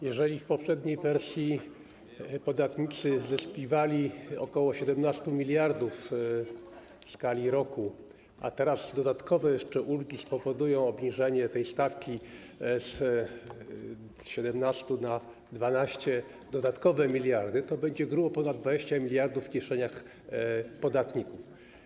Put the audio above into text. Jeżeli w poprzedniej wersji podatnicy zyskiwali ok. 17 mld w skali roku, a teraz dodatkowe jeszcze ulgi spowodują obniżenie stawki z 17 na 12, dodatkowe miliardy, to będzie grubo ponad 20 mld w kieszeniach podatników.